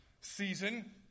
season